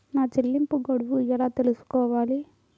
నా చెల్లింపు గడువు ఎలా తెలుసుకోవాలి?